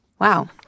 Wow